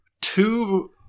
Two